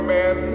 men